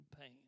pain